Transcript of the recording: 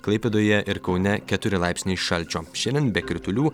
klaipėdoje ir kaune keturi laipsniai šalčio šiandien be kritulių